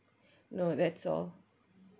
no that's all